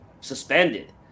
suspended